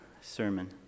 sermon